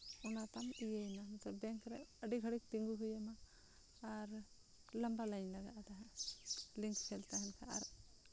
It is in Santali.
ᱚᱱᱟ ᱛᱟᱢ ᱤᱭᱟᱹᱭᱮᱱᱟ ᱱᱮᱛᱟᱨ ᱵᱮᱝᱠ ᱨᱮ ᱟᱹᱰᱤ ᱜᱷᱟᱹᱲᱤᱡ ᱛᱤᱸᱜᱩ ᱦᱩᱭ ᱟᱢᱟ ᱟᱨ ᱞᱚᱢᱵᱟ ᱞᱟᱹᱭᱤᱱ ᱞᱟᱜᱟᱜᱼᱟ ᱛᱟᱦᱮᱸᱫ ᱞᱤᱝᱠ ᱯᱷᱮᱞ ᱛᱟᱦᱮᱱ ᱠᱷᱟᱱ ᱟᱨ